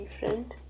different